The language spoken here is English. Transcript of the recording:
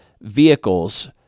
vehicles